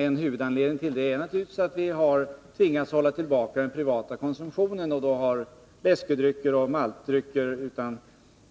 En huvudanledning till det är naturligtvis att vi har tvingats hålla tillbaka den privata konsumtionen, och då har läskedrycker och maltdrycker —